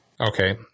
Okay